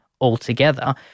altogether